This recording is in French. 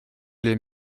les